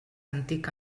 antic